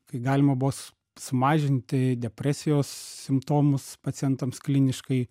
kai galima bos sumažinti depresijos simptomus pacientams kliniškai